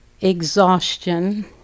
exhaustion